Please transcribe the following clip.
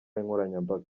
nkoranyambaga